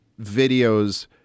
videos